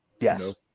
Yes